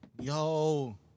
Yo